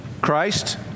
Christ